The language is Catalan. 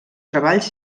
treballs